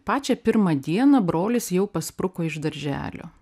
pačią pirmą dieną brolis jau paspruko iš darželio